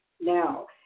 Now